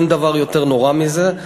אין דבר יותר נורא מזה.